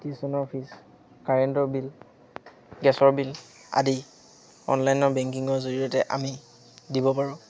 টিউশ্যনৰ ফীজ কাৰেণ্টৰ বিল গেছৰ বিল আদি অনলাইনৰ বেংকিঙৰ জৰিয়তে আমি দিব পাৰোঁ